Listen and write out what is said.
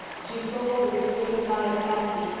she saw, with the creative eye of fancy,